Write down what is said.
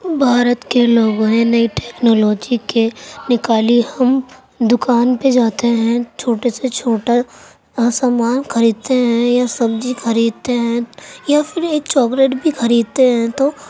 بھارت کے لوگوں نے نئی ٹیکنالوجی کے نکالی ہم دکان پہ جاتے ہیں چھوٹے سے چھوٹا سامان خریدتے ہیں یا سبزی خریدتے ہیں یا پھر ایک چوکلیٹ بھی خریدتے ہیں تو